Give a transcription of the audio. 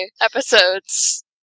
episodes